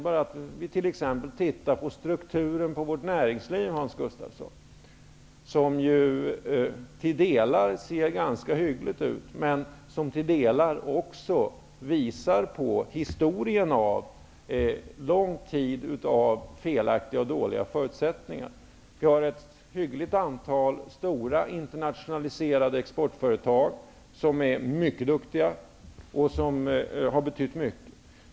Vårt näringslivs struktur, Hans Gustafsson, ser delvis ganska hygglig ut, men är också präglad av en lång tid av felaktiga och dåliga förutsättningar. Vi har ett hyggligt antal stora internationaliserade exportföretag, som är mycket duktiga och som har betytt mycket.